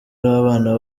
w’abana